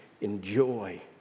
enjoy